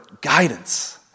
guidance